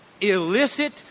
illicit